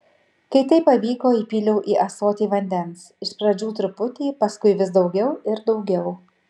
kai tai pavyko įpyliau į ąsotį vandens iš pradžių truputį paskui vis daugiau ir daugiau